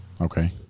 Okay